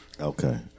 Okay